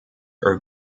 are